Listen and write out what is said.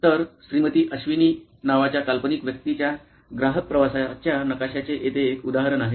तर श्रीमती अवनी नावाच्या काल्पनिक व्यक्तिमत्त्वाच्या ग्राहक प्रवासाच्या नकाशाचे येथे एक उदाहरण आहे